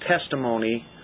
testimony